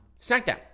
SmackDown